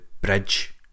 bridge